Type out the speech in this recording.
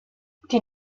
die